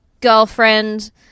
girlfriend